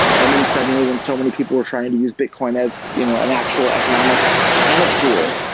and then suddenly when so many people were trying to use bitcoin as you know an actual economic payment tool,